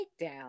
takedown